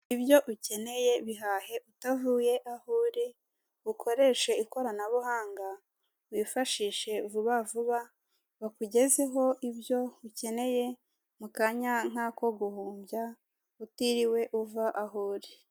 Ibyo ukeneye bihahe utavuye aho uri, ukoreshe ikoranabuhanga wifashishe vuba vuba, bakugezeho ibyo ukeneye mu kanya nk'ako guhumbya utiriwe uva aho uri.